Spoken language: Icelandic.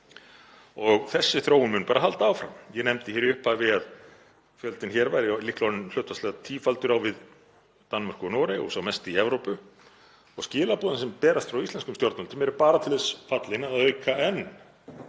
og þessi þróun mun bara halda áfram. Ég nefndi hér í upphafi að fjöldinn hér væri líklega hlutfallslega orðinn tífaldur á við Danmörku og Noreg og sá mesti í Evrópu og skilaboðin sem berast frá íslenskum stjórnvöldum eru bara til þess fallin að auka enn